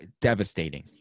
devastating